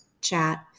chat